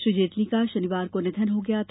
श्री जेटली का शनिवार को निधन हो गया था